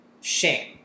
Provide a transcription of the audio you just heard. shame